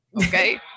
okay